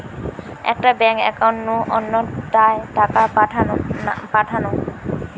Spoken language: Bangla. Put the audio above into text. একটা ব্যাঙ্ক একাউন্ট নু অন্য টায় টাকা পাঠানো